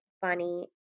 funny